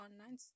online